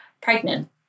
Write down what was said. pregnant